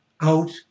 out